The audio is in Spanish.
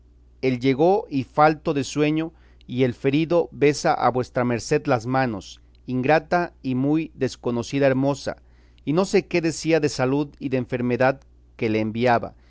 el llego y falto de sueño y el ferido besa a vuestra merced las manos ingrata y muy desconocida hermosa y no sé qué decía de salud y de enfermedad que le enviaba